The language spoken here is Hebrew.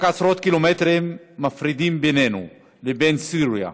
רק עשרות קילומטרים מפרידים בינינו לבין סוריה,